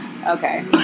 okay